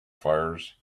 fires